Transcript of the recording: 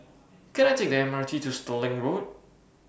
Can I Take The MRT to Stirling Road